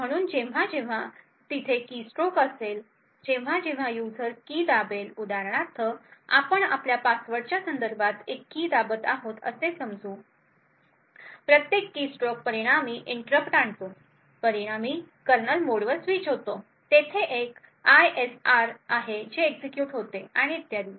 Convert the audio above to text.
म्हणून जेव्हा जेव्हा तिथे कीस्ट्रोक असेल जेव्हा जेव्हा यूजर की दाबेल उदाहरणार्थ आपण आपल्या पासवर्डच्या संदर्भात एक की दाबत आहोत असे समजू प्रत्येक कीस्ट्रोक परिणामी इंटरप्ट आणतो परिणामी कर्नल मोडवर स्विच होतो तेथे एक आयएसआर आहे जे एक्झिक्युट होते आणि इत्यादी